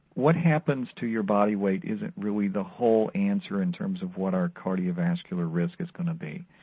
what happens to your body weight isn't really the whole answer in terms of what our cardiovascular risk is going to be.